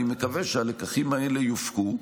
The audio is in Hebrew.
אני מקווה שהלקחים האלה יופקו.